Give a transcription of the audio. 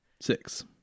Six